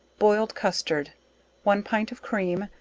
boiled custard one pint of cream,